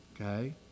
Okay